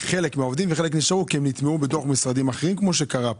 וחלק נשארו כי הם נטמעו בתוך משרדים אחרים כמו שקרה כאן.